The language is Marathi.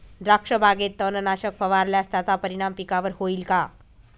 द्राक्षबागेत तणनाशक फवारल्यास त्याचा परिणाम पिकावर होईल का?